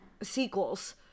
sequels